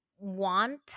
want